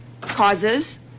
causes